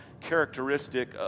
characteristic